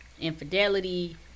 infidelity